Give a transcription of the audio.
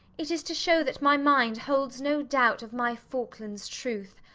it is to show that my mind holds no doubt of my faulkland's truth.